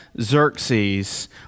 Xerxes